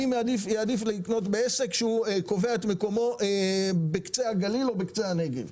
אני אעדיף לקנות בעסק שהוא קובע את מקומו בקצה הגליל או בקצה הנגב.